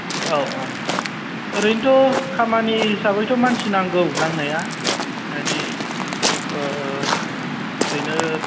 औ औ ओरैनोथ' खामानि हिसाबैथ' मानसि नांगौ नांनाया मानि ओरैनो